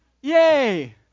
Yay